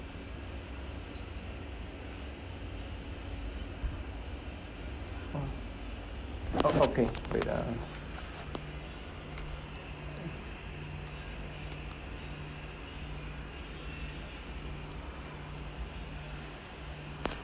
oh oh okay wait ah